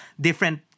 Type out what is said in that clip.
different